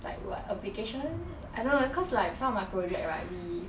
like what application I don't know like cause like some of my project right we